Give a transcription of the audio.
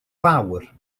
fawr